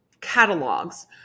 catalogs